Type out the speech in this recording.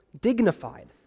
dignified